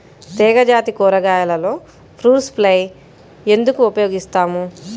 తీగజాతి కూరగాయలలో fruit fly ఎందుకు ఉపయోగిస్తాము?